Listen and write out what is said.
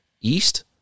east